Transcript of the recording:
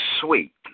sweet